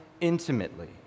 intimately